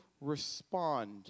respond